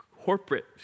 corporate